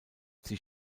sie